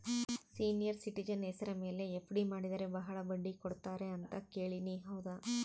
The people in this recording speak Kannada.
ಸೇನಿಯರ್ ಸಿಟಿಜನ್ ಹೆಸರ ಮೇಲೆ ಎಫ್.ಡಿ ಮಾಡಿದರೆ ಬಹಳ ಬಡ್ಡಿ ಕೊಡ್ತಾರೆ ಅಂತಾ ಕೇಳಿನಿ ಹೌದಾ?